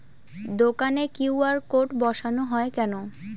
দোকানে QR code বসানো হয় কেন?